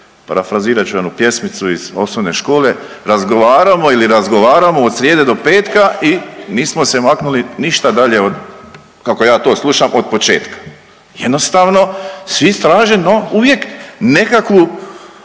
parafrazirat ću jednu pjesmicu iz osnovne škole, razgovaramo ili razgovaramo od srijede do petke i nismo se maknuli ništa dalje kako ja to slušam, od početka. Jednostavno svi traže no uvijek nekakvu,